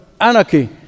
anarchy